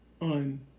on